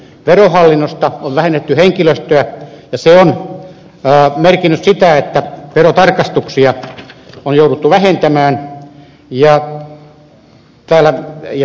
verohallinnosta on vähennetty henkilöstöä ja se on merkinnyt sitä että verotarkastuksia on jouduttu vähentämään ja samoin myöskin tullin tarkastuksia